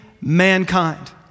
mankind